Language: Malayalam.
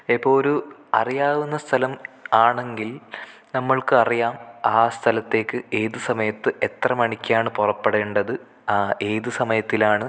ഇപ്പോൾ ഒരു അറിയാവുന്ന സ്ഥലം ആണെങ്കിൽ നമ്മൾക്ക് അറിയാം ആ സ്ഥലത്തേക്ക് ഏതു സമയത്ത് എത്ര മണിക്കാണ് പുറപ്പെടേണ്ടത് ഏതു സമയത്തിലാണ്